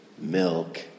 milk